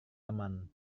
teman